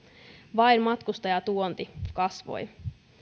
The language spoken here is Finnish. vain matkustajatuonti kasvoi